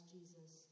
Jesus